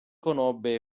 conobbe